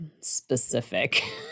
specific